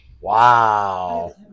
Wow